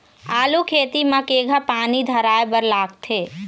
आलू खेती म केघा पानी धराए बर लागथे?